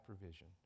provision